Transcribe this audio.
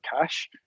cash